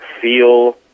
feel